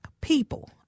people